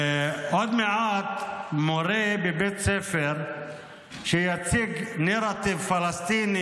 עוד מעט מורה בבית ספר שיציג נרטיב פלסטיני